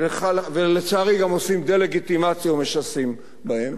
ולצערי, גם עושים דה-לגיטימציה ומשסים בהם,